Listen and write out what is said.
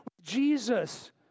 Jesus